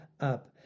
up